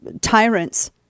tyrants